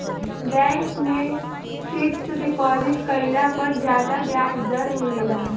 bank में fixed deposit कईला पर ज्यादा ब्याज दर मिलेला